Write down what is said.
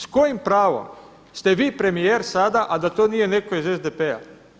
S kojim pravom ste vi premijer sada, a da to nije netko iz SDP.